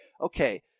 okay